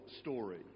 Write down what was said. story